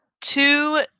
Two